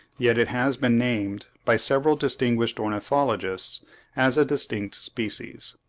yet it has been named by several distinguished ornithologists as a distinct species.